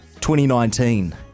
2019